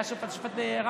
היה השופט הרן,